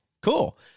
Cool